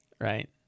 right